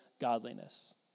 godliness